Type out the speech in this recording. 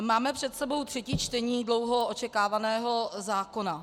Máme před sebou třetí čtení dlouho očekávaného zákona.